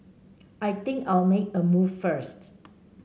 I think I'll make a move first